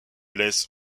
laisse